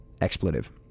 expletive